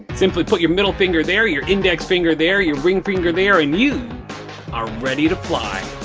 simply put your middle finger there, your index finger there, your ring finger there and you are ready to fly.